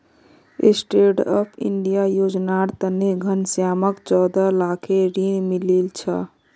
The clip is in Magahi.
स्टैंडअप इंडिया योजनार तने घनश्यामक चौदह लाखेर ऋण मिलील छ